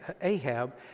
Ahab